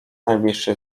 najbliższy